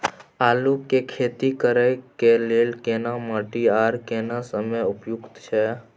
आलू के खेती करय के लेल केना माटी आर केना समय उपयुक्त छैय?